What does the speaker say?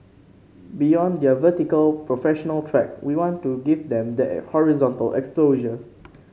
beyond their vertical professional track we want to give them that horizontal exposure